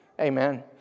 Amen